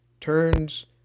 turns